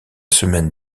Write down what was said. semaine